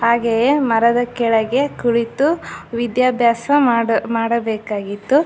ಹಾಗೆಯೇ ಮರದ ಕೆಳಗೆ ಕುಳಿತು ವಿದ್ಯಾಭ್ಯಾಸ ಮಾಡ ಮಾಡಬೇಕಾಗಿತ್ತು